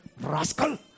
Rascal